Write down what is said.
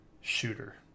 shooter